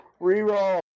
Reroll